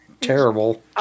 terrible